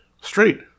Straight